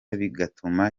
bigatuma